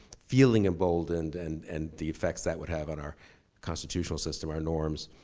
feeling emboldened and and the effects that would have on our constitutional system, our norms,